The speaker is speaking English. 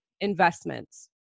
investments